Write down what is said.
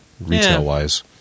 retail-wise